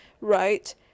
right